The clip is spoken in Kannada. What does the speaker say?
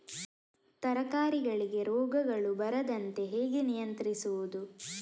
ತರಕಾರಿಗಳಿಗೆ ರೋಗಗಳು ಬರದಂತೆ ಹೇಗೆ ನಿಯಂತ್ರಿಸುವುದು?